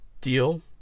deal